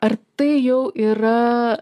ar tai jau yra